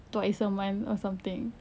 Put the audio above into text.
twice a month or something